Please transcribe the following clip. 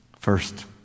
First